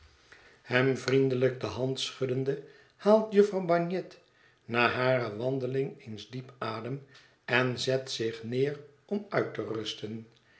hem vriendelijk de hand schuddende haalt jufvrouw bagnet na hare wandeling eens diep adem en zet zich neer om uit te rusten